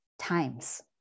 times